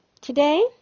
today